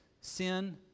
sin